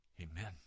Amen